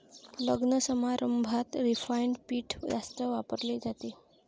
लग्नसमारंभात रिफाइंड पीठ जास्त वापरले जाते